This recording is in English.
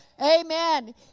Amen